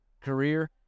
career